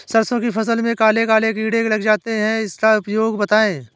सरसो की फसल में काले काले कीड़े लग जाते इसका उपाय बताएं?